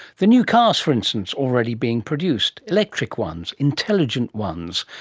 the new cars for instance, already being produced electric ones, intelligent ones,